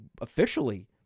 officially